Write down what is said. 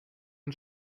man